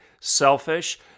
selfish